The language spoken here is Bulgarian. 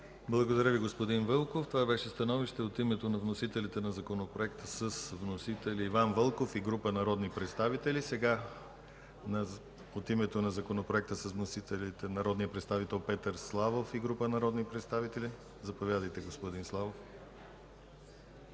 Благодаря Ви, господин Вълков. Това беше становище от името на вносителите на Законопроекта с вносители Иван Вълков и група народни представители. От името на вносителите на Законопроекта с вносители Петър Славов и група народни представители – заповядайте, господин Славов.